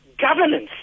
governance